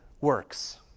works